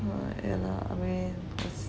and err I mean